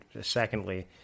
secondly